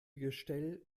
gestell